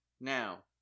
Now